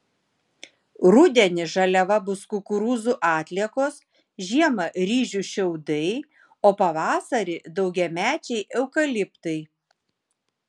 rudenį žaliava bus kukurūzų atliekos žiemą ryžių šiaudai o pavasarį daugiamečiai eukaliptai